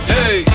Hey